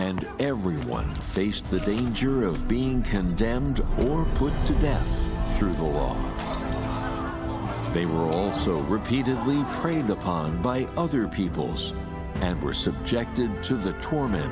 and everyone faced the danger of being condemned or put to death through the law they were also repeatedly preyed upon by other peoples and were subjected to the torment